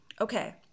Okay